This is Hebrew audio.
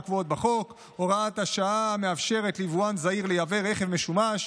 הקבועות בחוק: הוראת השעה המאפשרת ליבואן זעיר לייבא רכב משומש,